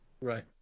Right